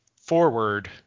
forward